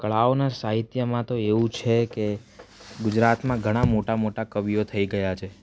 કળાઓના સાહિત્યમાં તો એવું છે કે ગુજરાતમાં ઘણા મોટા મોટા કવિઓ થઈ ગયા છે